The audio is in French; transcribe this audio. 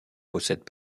possèdent